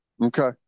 Okay